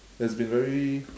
there's been very